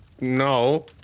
no